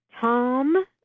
Tom